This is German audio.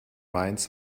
mainz